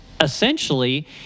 essentially